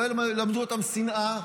לא ילמדו אותם שנאה,